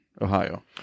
Ohio